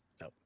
No